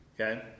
Okay